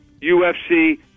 UFC